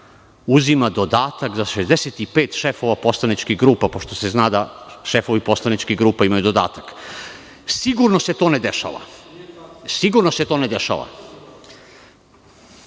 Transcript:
uzima dodatak za 65 šefova poslaničkih grupa, pošto se zna da šefovi poslaničkih grupa imaju dodatak? Sigurno se to ne dešava. Nije valjda